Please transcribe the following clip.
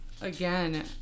again